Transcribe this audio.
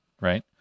Right